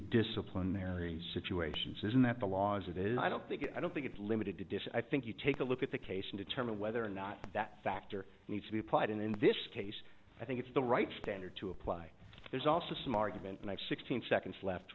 disciplinary situations isn't that the laws it is i don't think it i don't think it's limited edition i think you take a look at the case and determine whether or not that factor needs to be applied and in this case i think it's the right standard to apply there's also some argument next sixteen seconds left